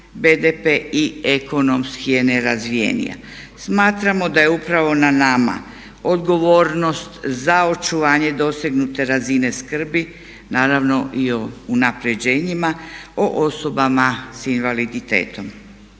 BDP i ekonomski je nerazvijenija. Smatramo da je upravo na nama odgovornost za očuvanje dosegnute razine skrbi, naravno i o unapređenjima o osobama s invaliditetom.